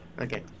Okay